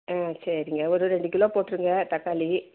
ம் சரிங்க ஒரு ரெண்டு கிலோ போட்டிருங்க தக்காளி